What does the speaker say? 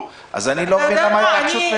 אז אני לא מבין למה ההתעקשות בעניין הזה.